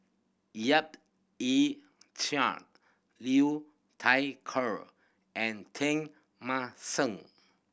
Yap Ee Chian Liu Thai Ker and Teng Mah Seng